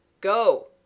Go